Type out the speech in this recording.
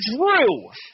Drew